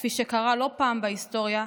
כפי שקרה לא פעם בהיסטוריה,